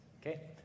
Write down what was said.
okay